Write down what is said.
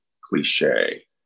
cliche